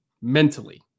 mentally